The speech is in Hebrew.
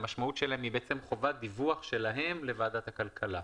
היא חובת דיווח שלהם לוועדת הכלכלה.